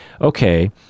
okay